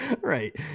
Right